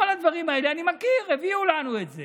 את כל הדברים האלה אני מכיר, הביאו לנו את זה